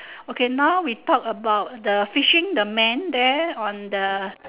okay now we talk about the fishing the man there on the